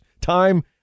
Time